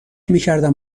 میکردم